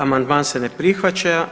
Amandman se ne prihvaća.